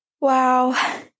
Wow